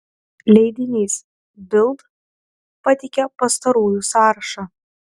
leidinys bild pateikia pastarųjų sąrašą